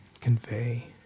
convey